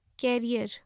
Career